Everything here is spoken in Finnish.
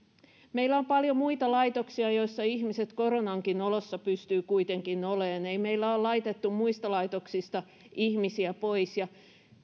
meillä on paljon muita laitoksia joissa ihmiset koronankin oloissa pystyvät kuitenkin olemaan ei meillä ole laitettu muista laitoksista ihmisiä pois ja